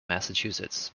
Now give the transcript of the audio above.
massachusetts